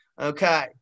Okay